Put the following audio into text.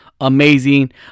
Amazing